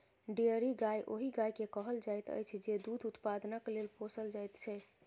dairy गाय ओहि गाय के कहल जाइत अछि जे दूध उत्पादनक लेल पोसल जाइत छै